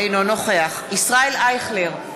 אינו נוכח ישראל אייכלר,